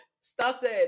started